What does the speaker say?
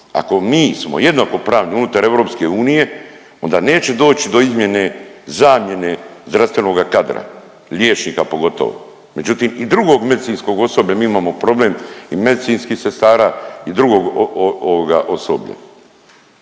Ako mi smo jednakopravni unutar EU, onda neće doći do izmjene, zamjene zdravstvenoga kadra, liječnika pogotovo. Međutim i drugog medicinskog osoblja mi imamo problem i medicinskih sestara i drugog, ovoga